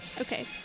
Okay